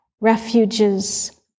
refuges